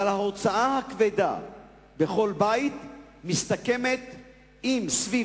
אבל ההוצאה הכבדה בכל בית היא או סביב